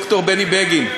ד"ר בני בגין,